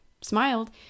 smiled